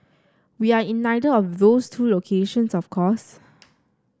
we are in neither of those two locations of course